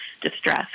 distress